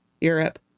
Europe